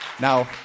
Now